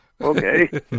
Okay